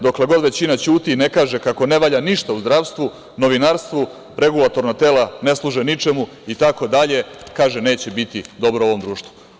Dokle god većina ćuti i ne kaže kako ne valja ništa u zdravstvu, novinarstvu, regulatorna tela ne služe ničemu itd, kaže, neće biti dobro ovom društvu.